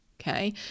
okay